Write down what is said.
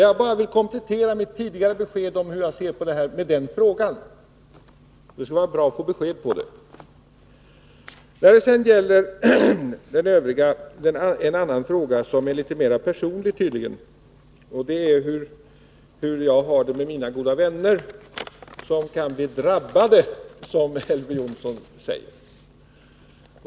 Jag vill som sagt komplettera mitt tidigare besked om hur jag ser på det här med att ställa den frågan. Det skulle vara bra om jag kunde få svar på den. En annan sak, som tydligen är litet mera personlig, är hur jag har det med mina goda vänner som kan bli drabbade, som Elver Jonsson säger.